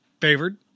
favored